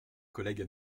collègue